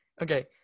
Okay